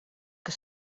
que